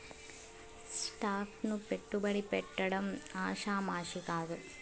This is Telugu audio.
స్టాక్ కు పెట్టుబడి పెట్టడం ఆషామాషీ కాదు